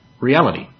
reality